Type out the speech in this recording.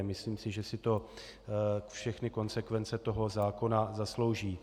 Myslím si, že si to všechny konsekvence toho zákona zaslouží.